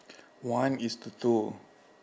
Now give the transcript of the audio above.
one is to two